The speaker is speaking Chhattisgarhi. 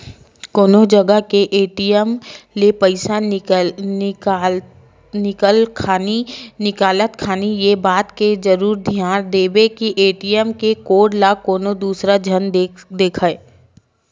कोनो जगा के ए.टी.एम ले पइसा निकालत खानी ये बात के जरुर धियान देवय के ए.टी.एम के कोड ल कोनो दूसर झन देखय